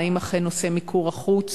האם אכן נושא מיקור החוץ